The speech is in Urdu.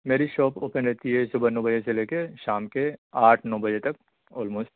میری شاپ اوپن رہتی ہے صبح نو بجے سے لے کے شام کے آٹھ نو بجے تک آلموسٹ